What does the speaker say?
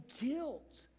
guilt